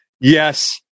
yes